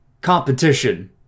competition